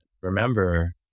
Remember